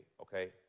okay